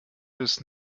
bis